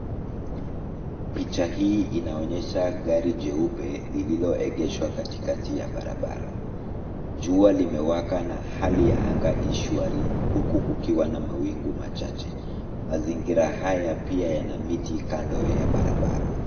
Picha hii inaonyesha gari jeupe lililoegeshwa katikati ya barabara. Jua limewaka na hali ya anga i shwari huku kukiwa na mwaingu machache. Mazingira haya pia yana miti kando ya barabara.